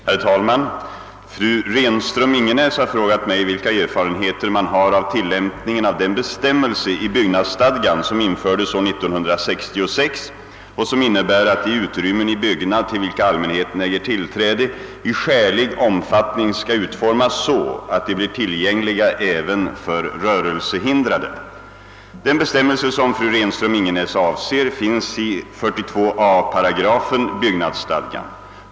Herr talman! Fru Renström-Ingenäs har frågat mig vilka erfarenheter man har av tillämpningen av den bestämmelse i byggnadsstadgan som infördes år 1966 och som innebär att de utrymmen i byggnad till vilka allmänheten äger tillträde i skälig omfattning skall utformas så att de blir tillgängliga även för rörelsehindrade. Ingenäs avser, finns i 42 a § byggnadsstadgan.